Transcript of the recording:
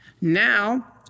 Now